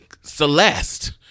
celeste